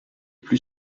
plus